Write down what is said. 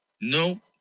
No